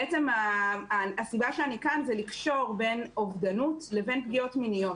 בעצם הסיבה שאני כאן זה לקשור בין אובדנות לבין פגיעות מיניות,